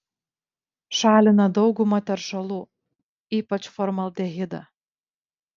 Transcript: šalina daugumą teršalų ypač formaldehidą